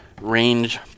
range